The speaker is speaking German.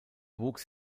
wuchs